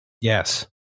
Yes